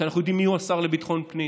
כי אנחנו יודעים מיהו השר לביטחון פנים,